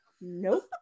Nope